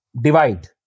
divide